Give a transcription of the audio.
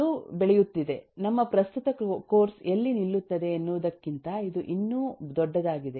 ಇದು ಬೆಳೆಯುತ್ತಿದೆನಮ್ಮ ಪ್ರಸ್ತುತ ಕೋರ್ಸ್ ಎಲ್ಲಿ ನಿಲ್ಲುತ್ತದೆ ಎನ್ನುವುದಕ್ಕಿಂತ ಇದು ಇನ್ನೂ ದೊಡ್ಡದಾಗಿದೆ